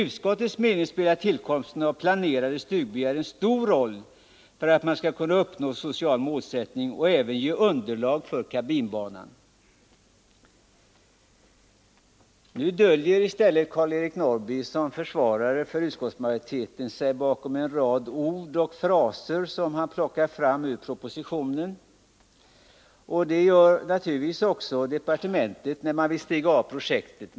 Utskottet ansåg då att tillkomsten av planerade stugbyar spelade en stor roll för att man skulle kunna förverkliga en social målsättning och även för att man skulle få underlag för kabinbanan. Nu döljer sig Karl-Eric Norrby som försvarare av utskottsmajoritetens förslag bakom en mängd ord och fraser som han plockar fram ur propositionen. Det gör naturligtvis också departementet när man vill stiga av projektet.